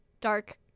dark